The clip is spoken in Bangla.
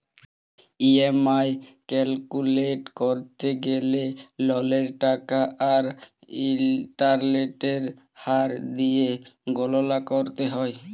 ই.এম.আই ক্যালকুলেট ক্যরতে গ্যালে ললের টাকা আর ইলটারেস্টের হার দিঁয়ে গললা ক্যরতে হ্যয়